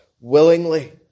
willingly